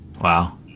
Wow